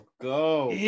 Go